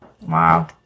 wow